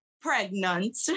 pregnant